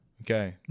Okay